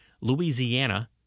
Louisiana